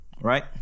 Right